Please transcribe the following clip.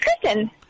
Kristen